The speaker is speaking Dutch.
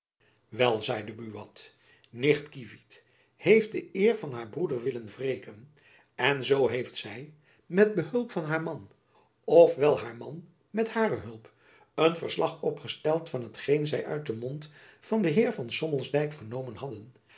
wel zeide buat nicht kievit heeft de eer van haar broeder willen wreken en zoo heeft zy met behulp van haar man of wel haar man met hare hulp een verslag opgesteld van t geen zy uit den mond van den heer van sommelsdijck vernomen hadden